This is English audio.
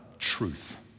truth